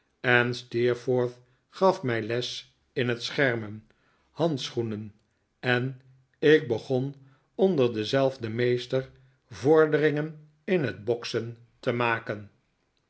en steerforth gaf mij les in het schermen hahdschoenen en ik begon onder denzelfden meester vorderingen in het boksen te maken